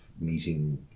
meeting